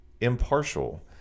impartial